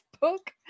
book